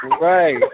Right